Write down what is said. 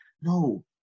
No